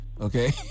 Okay